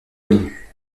connu